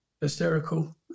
hysterical